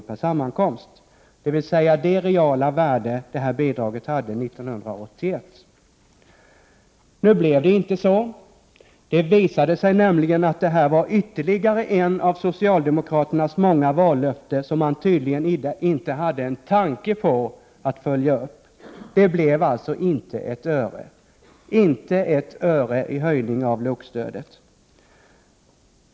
per sammankomst — dvs. till det reala värde som bidraget hade 1981. Nu blev det inte så. Det visade sig nämligen att det här var ytterligare ett av socialdemokraternas många vallöften som man tydligen inte hade en tanke på att uppfylla. Det blev inte ett öre i höjning av LOK-stödet!